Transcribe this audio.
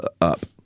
up